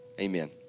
Amen